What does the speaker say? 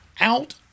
out